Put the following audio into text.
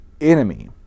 enemy